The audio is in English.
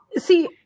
see